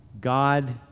God